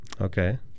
okay